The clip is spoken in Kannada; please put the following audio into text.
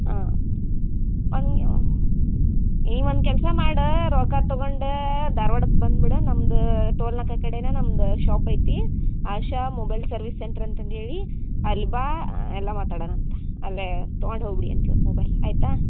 ಹಾಂ ಹಂಗೆ ನೀ ಒಂದು ಕೆಲಸ ಮಾಡು ರೊಕ್ಕ ತಗೊಂಡು ಧಾರವಾಡಕ್ಕೆ ಬಂದ್ಬಿಡು ನಮ್ದ ಟೋಲ್ನಕ ಕಡೆನ ನಮ್ದು ಶಾಪ್ ಐತಿ ಆಶಾ ಮೊಬೈಲ್ ಸರ್ವಿಸ್ ಸೆಂಟ್ರ್ ಅಂತಂದೇಳಿ ಅಲ್ಲಿ ಬಾ ಎಲ್ಲ ಮಾತಾಡೋಣ ಅಂತ ಅಲ್ಲೇ ತೊಗೊಂಡು ಹೋಗ್ಬಿಡಿ ಅಂತ ಇವತ್ತು ಮೊಬೈಲ್ ಆಯಿತಾ